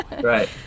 right